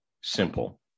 simple